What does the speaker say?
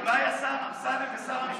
אולי השר אמסלם ושר המשפטים,